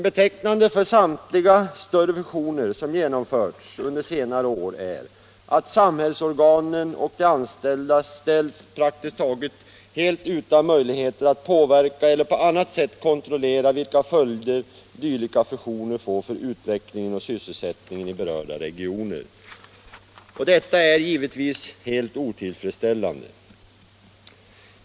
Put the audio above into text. Betecknande för samtliga större fusioner som genomförts är att samhällsorganen och de anställda ställts praktiskt taget helt utan möjligheter att påverka eller på annat sätt kontrollera vilka följder dylika fusioner får för utvecklingen och sysselsättningen i berörda regioner. Detta är givetvis helt otillfredsställande.